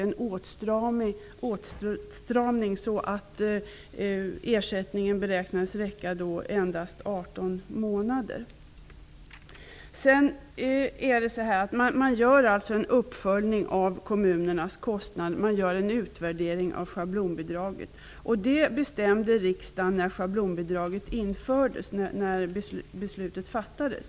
Det skedde en åtstramning, och ersättningen beräknades då räcka endast 18 Man gör en uppföljning av kommunernas kostnader och en utvärdering av schablonbidraget. Det bestämde riksdagen när beslutet om schablonbidraget fattades.